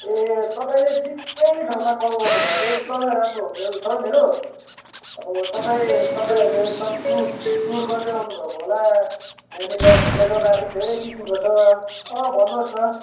ए तपाईँले ठिकै ठाउँमा कल गर्नुभएछ एकदमै राम्रो होटेल छ मेरो अब तपाईँ तपाईँहरू एकदम टुर टुर गर्दै आउनुभएको होला यहाँनिर घुम्ने जग्गाहरू पनि धेरै किसिमको छ अँ भन्नुहोस् न